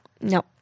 No